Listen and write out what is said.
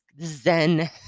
Zen